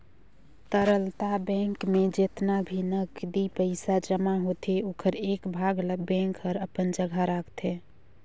तरलता बेंक में जेतना भी नगदी पइसा जमा होथे ओखर एक भाग ल बेंक हर अपन जघा राखतें